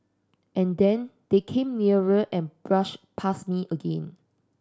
and then they came nearer and brushed past me again